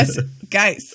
Guys